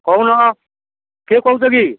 କହୁନ କିଏ କହୁଛ କି